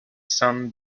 sun